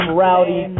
rowdy